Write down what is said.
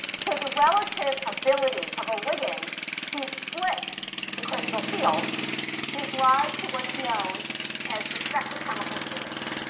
so the relative ability of a ligand to split the crystal field gives rise to what's known as the spectrochemical series.